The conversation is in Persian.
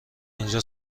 اینجا